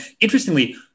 interestingly